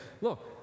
look